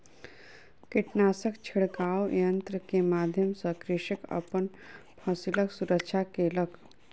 कीटनाशक छिड़काव यन्त्र के माध्यम सॅ कृषक अपन फसिलक सुरक्षा केलक